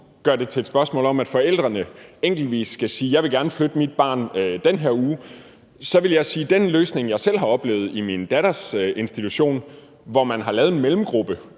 gør det til et spørgsmål om, at for at forældrene enkeltvis skal sige, at de gerne vil flytte deres barn en bestemt uge, vil jeg sige, at den løsning, jeg selv har oplevet i min datters institution – hvor de har lavet en mellemgruppe,